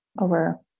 over